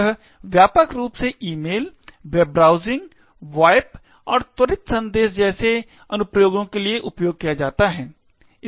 यह व्यापक रूप से ईमेल वेब ब्राउज़िंग VoIP और त्वरित संदेश जैसे अनुप्रयोगों के लिए उपयोग किया जाता है